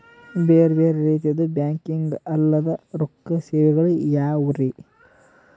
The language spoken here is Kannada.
ಬೇರೆ ಬೇರೆ ರೀತಿಯ ಬ್ಯಾಂಕಿಂಗ್ ಅಲ್ಲದ ರೊಕ್ಕ ಸೇವೆಗಳು ಯಾವ್ಯಾವ್ರಿ?